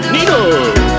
Needle